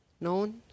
Known